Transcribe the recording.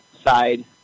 side